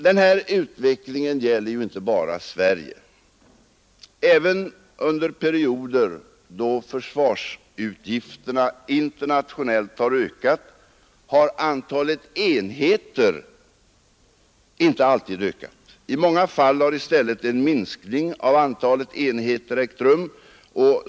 Den här utvecklingen gäller ju inte bara Sverige. Även under perioder, då försvarsutgifterna internationellt sett har ökat, har antalet enheter inte alltid ökat. I många fall har i stället en minskning av antalet enheter ägt rum.